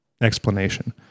explanation